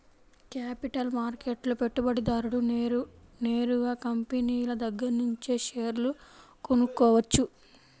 capital మార్కెట్లో పెట్టుబడిదారుడు నేరుగా కంపినీల దగ్గరనుంచే షేర్లు కొనుక్కోవచ్చు